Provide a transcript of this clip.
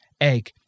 egg